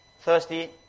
thirsty